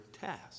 task